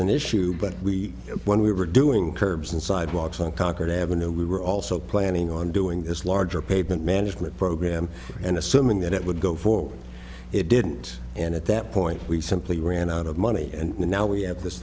an issue but we when we were doing curbs and sidewalks on concord avenue we were also planning on doing this larger pavement management program and assuming that it would go forward it didn't and at that point we simply ran out of money and now we have this